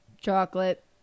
Chocolate